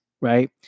right